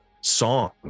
song